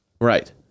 right